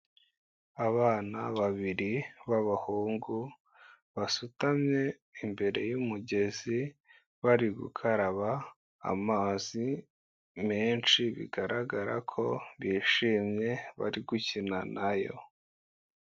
Abana babiri b'abahungu basutamye imbere y'umugezi, bari gukaraba amazi menshi bigaragara ko bishimye bari gukina na yo.